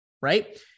right